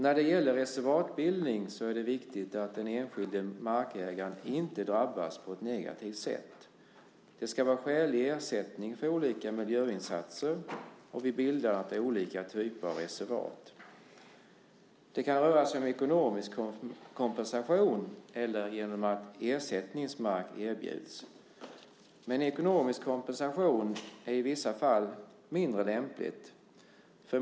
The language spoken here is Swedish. När det gäller reservatbildning är det viktigt att den enskilde markägaren inte drabbas på ett negativt sätt. Det ska vara skälig ersättning för olika miljöinsatser, och vid bildandet av olika typer av reservat. Det kan röra sig om ekonomisk kompensation eller om att ersättningsmark erbjuds. Men ekonomisk kompensation är i vissa fall mindre lämpligt.